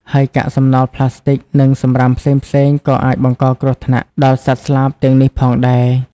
ហើយកាកសំណល់ប្លាស្ទិក និងសំរាមផ្សេងៗក៏អាចបង្កគ្រោះថ្នាក់ដល់សត្វស្លាបទាំងនេះផងដែរ។